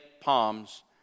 palms